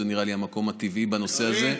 זה נראה לי המקום הטבעי בנושא הזה.